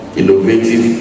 innovative